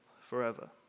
forever